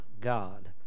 God